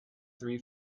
three